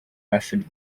acid